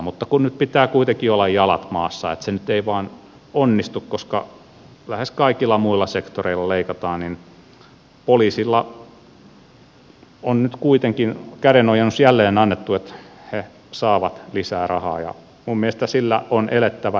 mutta kun nyt pitää kuitenkin olla jalat maassa niin se nyt ei vain onnistu koska lähes kaikilla muilla sektoreilla leikataan ja poliisille on nyt kuitenkin kädenojennus jälleen annettu että he saavat lisää rahaa ja minun mielestäni sillä on elettävä